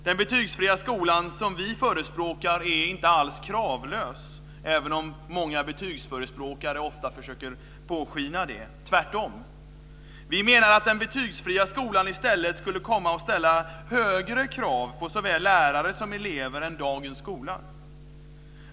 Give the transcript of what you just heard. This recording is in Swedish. Den betygsfria skola som vi förespråkar är inte alls kravlös, även om många betygsförespråkare ofta försöker påskina det - tvärtom. Vi menar att den betygsfria skolan i stället skulle komma att ställa högre krav på såväl lärare som elever än dagens skola.